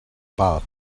bath